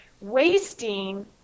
wasting